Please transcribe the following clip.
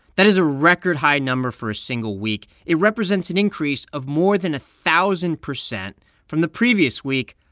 that is a record-high number for a single week. it represents an increase of more than a thousand percent from the previous week,